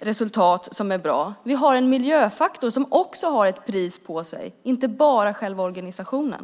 resultat som är bra. Miljöfaktorn har också ett pris på sig, inte bara själva organisationen.